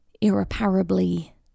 irreparably